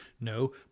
No